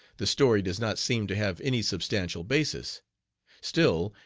the story does not seem to have any substantial basis still,